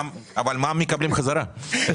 אבל מע"מ מקבלים בחזרה.